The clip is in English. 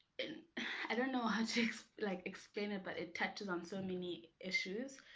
i don't know how to like explain it but it touches on so many issue.